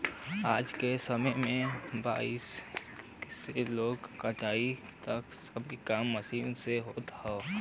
आज के समय में बोआई से लेके कटाई तक सब काम मशीन से होत हौ